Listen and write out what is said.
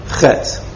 Chet